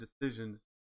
decisions